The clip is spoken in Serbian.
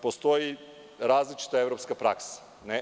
Postoji različita evropska praksa.